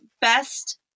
best